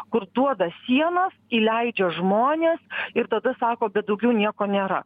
kur duoda sienas įleidžia žmones ir tada sako bet daugiau nieko nėra